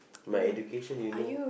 my education you know